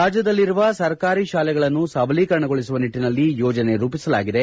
ರಾಜ್ಯದಲ್ಲಿರುವ ಸರ್ಕಾರಿ ಶಾಲೆಗಳನ್ನು ಸಬಲೀಕರಣಗೊಳಿಸುವ ನಿಟ್ಟನಲ್ಲಿ ಯೋಜನೆ ರೂಪಿಸಲಾಗಿದೆ